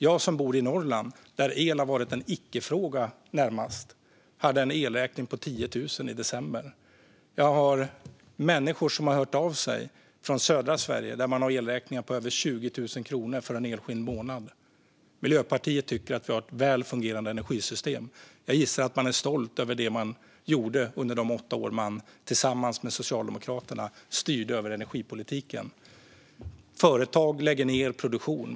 Jag, som bor i Norrland, där el närmast har varit en icke-fråga, hade en elräkning på 10 000 kronor i december. Människor har hört av sig till mig från södra Sverige, där man har elräkningar på över 20 000 kronor för en enskild månad. Miljöpartiet tycker att vi har ett väl fungerande energisystem. Jag gissar att man är stolt över det man gjorde under de åtta år man tillsammans med Socialdemokraterna styrde energipolitiken. Företag lägger ned produktion.